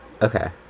Okay